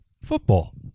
football